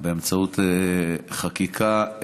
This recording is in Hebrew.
באמצעות חקיקה,